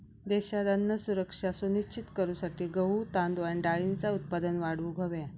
देशात अन्न सुरक्षा सुनिश्चित करूसाठी गहू, तांदूळ आणि डाळींचा उत्पादन वाढवूक हव्या